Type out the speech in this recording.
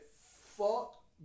fuck